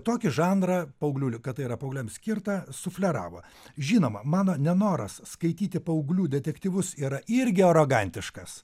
tokį žanrą paauglių kad tai yra paaugliams skirta sufleravo žinoma mano nenoras skaityti paauglių detektyvus yra irgi arogantiškas